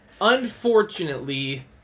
unfortunately